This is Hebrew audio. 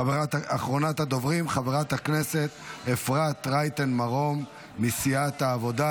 אחרונת הדוברים חברת הכנסת אפרת רייטן מרום מסיעת העבודה.